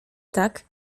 tak